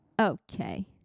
Okay